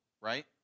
right